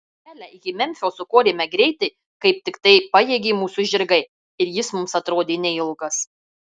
kelią iki memfio sukorėme greitai kaip tiktai pajėgė mūsų žirgai ir jis mums atrodė neilgas